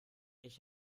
ich